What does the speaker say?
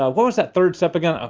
ah what was that third step again? ah